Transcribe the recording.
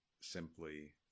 simply